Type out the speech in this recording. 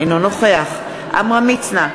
אינו נוכח עמרם מצנע,